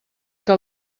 que